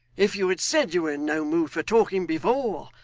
if you had said you were in no mood for talking before,